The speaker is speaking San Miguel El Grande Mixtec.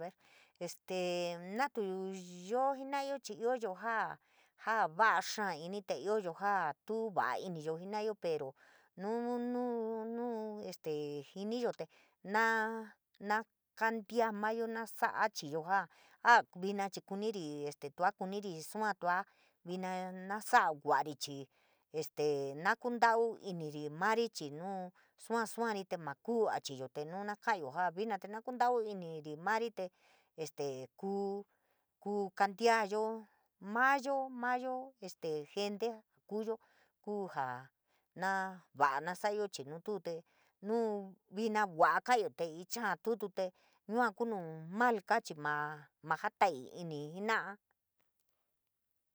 este natu yoo jana’ayo chii ioyo jaa vas xaa ini, te ioyo jaa tu va’a iniyo jena’aya, pero nuu nuu nuu este jiniyo te naa ma kantia mayo naa so’a chiyo jaa au vina chii kuniri este tua kuniri sua tua vina, naa sa’a suari chii este na kuntauri iniri maari te este kuu kuu kantiayo mayo, mayo este jente kuuyo, kuu jaa na va’a na sa’ayo chii nu tu te nuu vina jua’a ka’ayo, te icháá tuu tu yua kuu nu mal káá chii maa ma jataii inii jena’a.